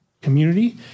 community